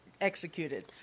executed